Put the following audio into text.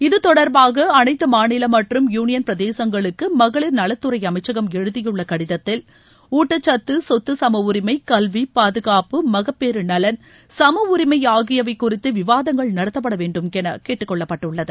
இது தொடர்பாக அனைத்து மாநில மற்றும் யூனியன் பிரதேசங்களுக்கு மகளிர் நலத்துறை அமைச்சகம் எழுதியுள்ள கடிதத்தில் ஊட்டச்சத்து சொத்து சம உரிமை கல்வி பாதுகாப்பு மகப்பேறு நலன் சம உரிமை ஆகியவை குறித்து விவாதங்கள் நடத்தப்பட வேண்டும் என கேட்டுக்கொள்ளப்பட்டுள்ளது